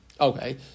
Okay